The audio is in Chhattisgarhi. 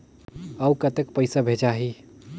अउ कतेक पइसा भेजाही?